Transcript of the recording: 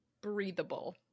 Breathable